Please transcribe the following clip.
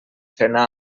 frenar